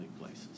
places